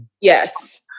Yes